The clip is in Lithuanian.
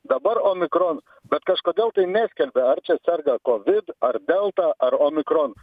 dabar omikron bet kažkodėl tai neskelbia ar čia serga kovid ar delta ar omikron